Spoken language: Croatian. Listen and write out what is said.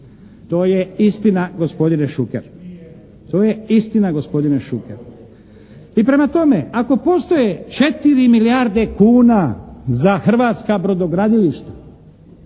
To je istina gospodine Šuker. I prema tome, ako postoje 4 milijarde kuna za hrvatska brodogradilišta,